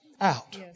out